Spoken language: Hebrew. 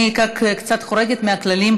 אני קצת חורגת מהכללים,